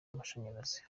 amashanyarazi